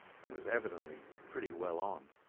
and was evidently pretty well on.